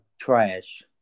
Trash